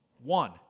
One